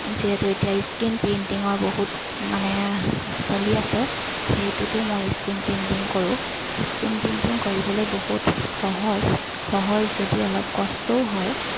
যিহেতু এতিয়া স্কিন পিণ্টিঙৰ বহুত মানে চলি আছে সেইটোতো মই স্ক্ৰীণ পিণ্টিং কৰোঁ স্কিন পেইণ্টিং কৰিবলৈ বহুত সহজ সহজ যদিও অলপ কষ্টও হয়